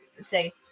say